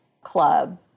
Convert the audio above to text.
club